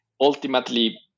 ultimately